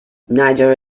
niger